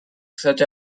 such